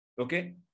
okay